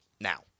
now